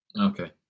Okay